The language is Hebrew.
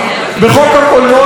אדוני היושב-ראש,